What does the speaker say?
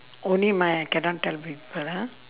only mine cannot tell people ah